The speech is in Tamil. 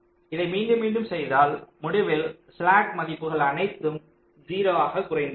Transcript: இதை மீண்டும் மீண்டும் செய்யதால்முடிவில் ஸ்லாக் மதிப்புகள் அனைத்தையும் 0 ஆகக் குறைந்திருக்கும்